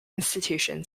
institution